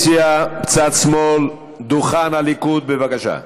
קואליציה, צד שמאל, דוכן הליכוד, בבקשה,